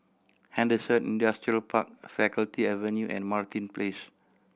Henderson Industrial Park Faculty Avenue and Martin Place